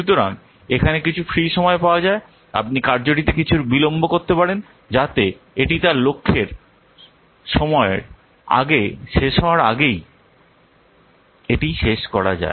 সুতরাং এখানে কিছু ফ্রি সময় পাওয়া যায় আপনি কার্যটিতে কিছুটা বিলম্ব করতে পারেন যাতে এটি তার লক্ষ্যের সময়ের আগে শেষ হওয়ার আগেই এটি শেষ করা যায়